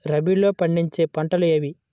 రబీలో పండించే పంటలు ఏవి?